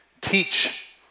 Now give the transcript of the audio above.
teach